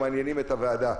שמעניינים את הוועדה,